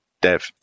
dev